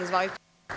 Izvolite.